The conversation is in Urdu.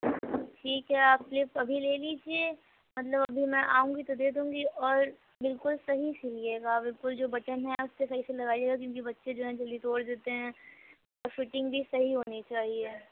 ٹھیک ہے آپ سلپ ابھی لے لیجیے مطلب ابھی میں آؤں گی تو دے دوں گی اور بالکل صحیح سلیے گا بالکل جو بٹن ہے آپ اسے صحیح سے لگائیے گا کیونکہ بچے جو ہیں جلدی توڑ دیتے ہیں اور فٹنگ بھی صحیح ہونی چاہیے